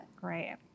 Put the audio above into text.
Great